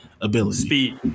ability